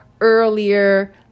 earlier